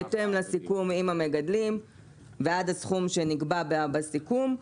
בהתאם לסיכום עם המגדלים ועד הסכום שנקבע בסיכום,